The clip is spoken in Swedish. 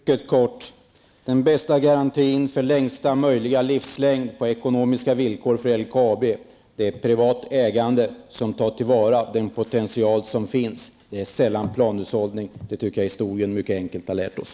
Herr talman! Den bästa garantin för längsta möjliga livslängd och bästa möjliga ekonomiska villkor för LKAB är ett privat ägande som tar till vara den potential som finns. Planhushållning är sällan någon sådan garanti, det tycker jag historien mycket enkelt har lärt oss.